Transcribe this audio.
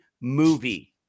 movie